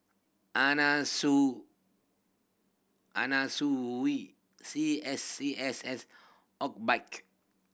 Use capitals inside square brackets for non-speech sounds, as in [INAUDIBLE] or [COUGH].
Anna Su Anna Sui [UNINTELLIGIBLE] C S C S S [UNINTELLIGIBLE]